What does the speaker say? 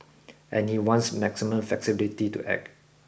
and he wants maximum flexibility to act